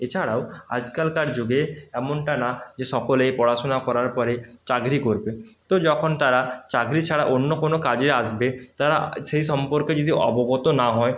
এছাড়াও আজকালকার যুগে এমনটা না যে সকলেই পড়াশোনা করার পরে চাকরি করবে তো যখন তারা চাকরি ছাড়া অন্য কোনো কাজে আসবে তারা সেই সম্পর্কে যদি অবগত না হয়